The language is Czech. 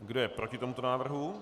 Kdo je proti tomuto návrhu?